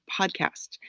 podcast